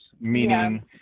meaning